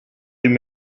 him